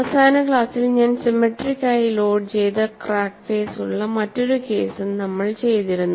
അവസാന ക്ലാസ്സിൽ ഞാൻ സിമെട്രിക് ആയി ലോഡ് ചെയ്ത ക്രാക്ക് ഫേസ് ഉള്ള മറ്റൊരു കേസും നമ്മൾ ചെയ്തിരുന്നു